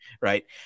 Right